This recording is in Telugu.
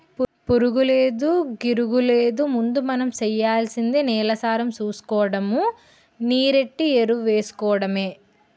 పురుగూలేదు, గిరుగూలేదు ముందు మనం సెయ్యాల్సింది నేలసారం సూసుకోడము, నీరెట్టి ఎరువేసుకోడమే